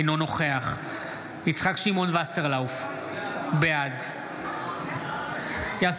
אינו נוכח יצחק שמעון וסרלאוף, בעד יאסר